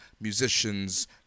musicians